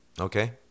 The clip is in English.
Okay